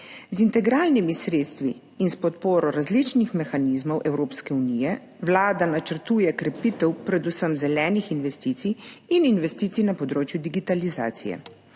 Z integralnimi sredstvi in s podporo različnih mehanizmov Evropske unije Vlada načrtuje krepitev predvsem zelenih investicij in investicij na področju digitalizacije.